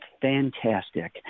fantastic